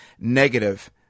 negative